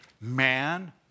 man